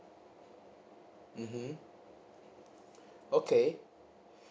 mmhmm okay